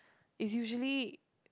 it's usually